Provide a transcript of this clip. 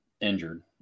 injured